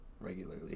regularly